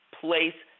place